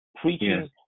preaching